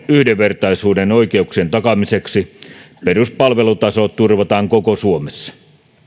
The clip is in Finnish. yhdenvertaisuuden oikeuksien takaamiseksi peruspalvelutaso turvataan koko suomessa